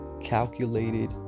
calculated